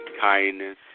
kindness